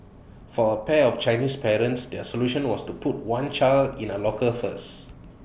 for A pair of Chinese parents their solution was to put one child in A locker first